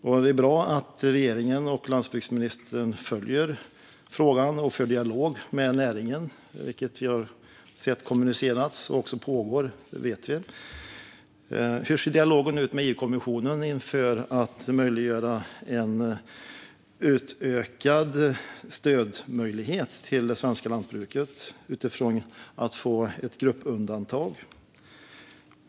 Det är bra att regeringen och landsbygdsministern följer frågan och för dialog med näringen, vilket har kommunicerats. Vi vet att detta pågår. Hur ser dialogen ut med EU-kommissionen inför en utökad möjlighet till stöd till det svenska lantbruket och få ett gruppundantag?